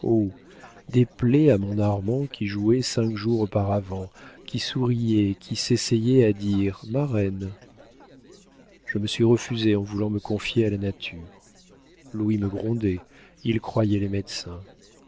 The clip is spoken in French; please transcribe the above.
des plaies à mon armand qui jouait cinq jours auparavant qui souriait qui s'essayait à dire marraine je m'y suis refusée en voulant me confier à la nature louis me grondait il croyait aux médecins